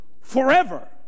forever